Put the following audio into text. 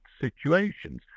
situations